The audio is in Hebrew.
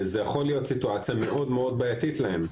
וזאת יכולה להיות סיטואציה מאוד מאוד בעייתית להם.